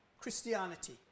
Christianity